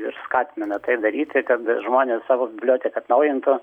ir skatiname tai daryti kad žmonės savo biblioteką atnaujintų